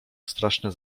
straszne